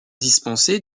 dispensé